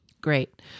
great